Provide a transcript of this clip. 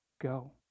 go